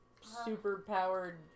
super-powered